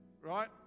Right